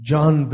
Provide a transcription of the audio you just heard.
John